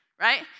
right